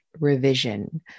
revision